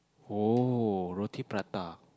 oh roti prata